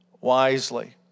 wisely